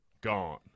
gone